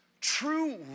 true